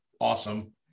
awesome